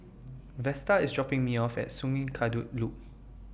Vesta IS dropping Me off At Sungei Kadut Loop